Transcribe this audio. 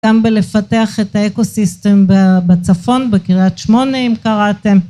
גם בלפתח את האקו סיסטם בצפון בקרית שמונה, אם קראתם